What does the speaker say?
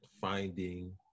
finding